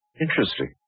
Interesting